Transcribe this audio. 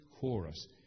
chorus